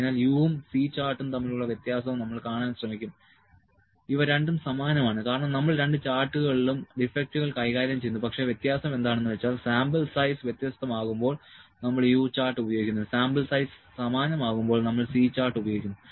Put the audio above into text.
അതിനാൽ U ഉം C ചാർട്ടും തമ്മിലുള്ള വ്യത്യാസം നമ്മൾ കാണാൻ ശ്രമിക്കും ഇവ രണ്ടും സമാനമാണ് കാരണം നമ്മൾ രണ്ട് ചാർട്ടുകളിലും ഡിഫെക്ടുകൾ കൈകാര്യം ചെയ്യുന്നു പക്ഷേ വ്യത്യാസം എന്താണെന്ന് വെച്ചാൽ സാമ്പിൾ സൈസ് വ്യത്യസ്തമാകുമ്പോൾ നമ്മൾ U ചാർട്ട് ഉപയോഗിക്കുന്നു സാമ്പിൾ സൈസ് സമാനമാകുമ്പോൾ നമ്മൾ C ചാർട്ട് ഉപയോഗിക്കുന്നു